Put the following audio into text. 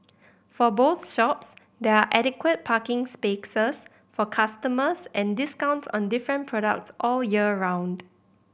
for both shops there are adequate parking for customers and discounts on different products all year round